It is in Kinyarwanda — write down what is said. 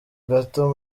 gato